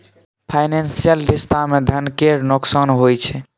financial रिश्ता मे धन केर नोकसान होइ छै